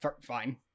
Fine